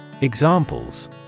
Examples